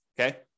okay